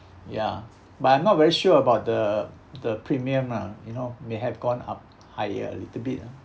ya but I'm not very sure about the the premium lah you know may have gone up higher a little bit ah